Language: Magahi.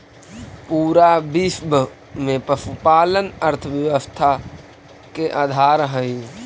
पूरा विश्व में पशुपालन अर्थव्यवस्था के आधार हई